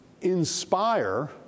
inspire